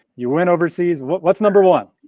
you went overseas. what's number one?